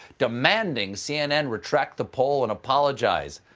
demanding cnn retract the poll and apologize.